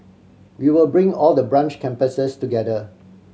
we will bring all the branch campuses together